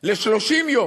ל-30 יום.